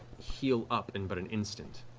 heal up in but an instant.